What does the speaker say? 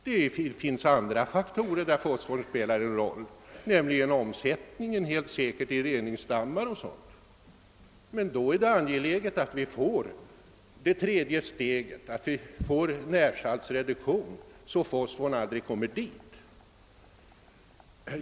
Det finns andra avsnitt där fosforn spelar en roll — det gäller exempelvis omsättningen i reningsdammar. Men då är det angeläget att vi inför det s.k. tredje steget, så att vi får en närsaltreduktion, så att fosforhalten effektivt kan reduceras.